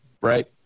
right